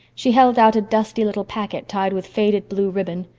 she held out a dusty little packet tied with faded blue ribbon.